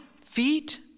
feet